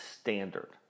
Standard